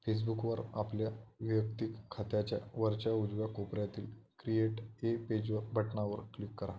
फेजबुकवर आपल्या वैयक्तिक खात्याच्या वरच्या उजव्या कोपऱ्यातील क्रिएट ए पेजवर बटणावर क्लिक करा